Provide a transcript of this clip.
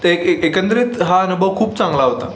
ते एक एकंदरीत हा अनुभव खूप चांगला होता